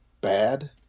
bad